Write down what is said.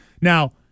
Now